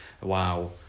wow